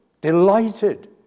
delighted